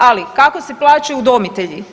Ali kako se plaćaju udomitelji?